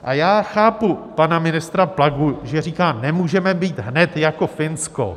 A já chápu pana ministra Plagu, že říká, nemůžeme být hned jako Finsko.